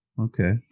Okay